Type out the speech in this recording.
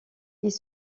ils